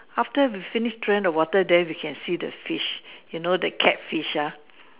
after we finish throwing the water then we can see the fish you know the catfish ah